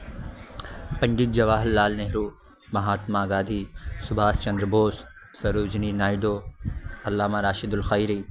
پنڈت جواہر لال نہرو مہاتما گاندھی سبھاش چندر بوس سروجنی نائیڈو علامہ راشد الخیری